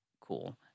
cool